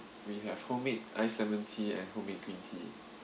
we have homemade ice lemon tea and homemade green tea